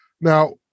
Now